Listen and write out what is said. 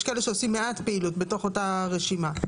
יש כאלה שעושים מעט פעילות בתוך אותה רשימה.